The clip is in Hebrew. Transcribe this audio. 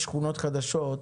פתוח.